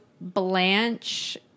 Blanche